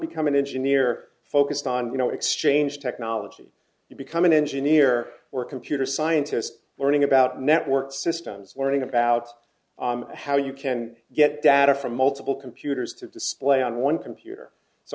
become an engineer focused on you know exchange technology to become an engineer or a computer scientist learning about network systems learning about how you can get data from multiple computers to display on one computer so